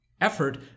effort